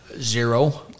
zero